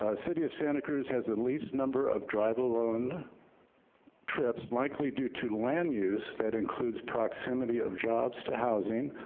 ah city of santa cruz has the least number of drive alone trips, likely due to land use, that includes proximity of jobs to housing,